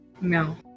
no